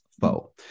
foe